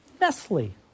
Nestle